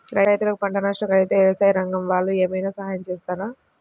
రైతులకు పంట నష్టం కలిగితే వ్యవసాయ రంగం వాళ్ళు ఏమైనా సహాయం చేస్తారా?